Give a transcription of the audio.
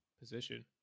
position